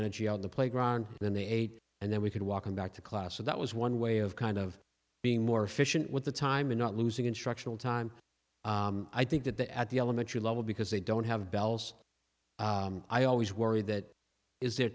energy on the playground then they ate and then we could walk them back to class so that was one way of kind of being more efficient with the time and not losing instructional time i think that the at the elementary level because they don't have bells i always worry that is their